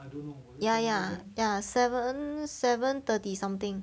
ya ya ya seven seven thirty something